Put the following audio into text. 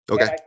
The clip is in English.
Okay